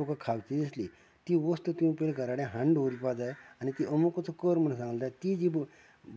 तुकां खावची दिसली ती वस्त तूं पयलीं घरा कडेन हाडून दवरपाक जाय आनी ती अमुकूच कर म्हूण सांगलें जायत ती जी